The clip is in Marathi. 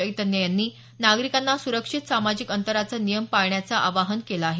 चैतन्य यांनी नागरिकांना सुरक्षित सामाजिक अंतराचे नियम पाळण्याचं आवाहन केलं आहे